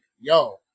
yo